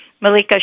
Malika